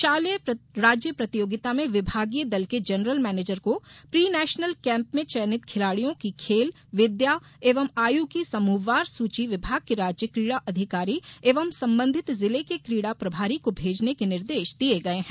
शालेय राज्य प्रतियोगिता में विभागीय दल के जनरल मैनेजर को प्रीनेशनल कैंप में चयनित खिलाडियों की खेल विधा एवं आयू की समूहवार सूची विभाग के राज्य कीडा अधिकारी एवं संबंधित जिले के कीडा प्रभारी को भेजने के निर्देश दिये गये है